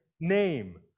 name